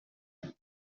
داری